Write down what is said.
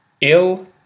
ill